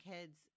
kids